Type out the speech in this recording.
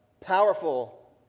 powerful